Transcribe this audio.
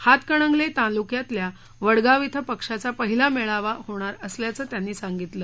हातकणंगले तालुक्यातल्या वडगाव इथं पक्षाचा पहिला मेळावा होणार असल्याचं त्यांनी सांगितलं